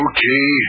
Okay